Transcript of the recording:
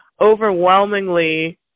overwhelmingly